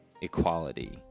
equality